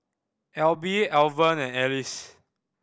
Elby Alvan and Alice